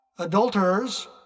adulterers